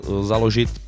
založit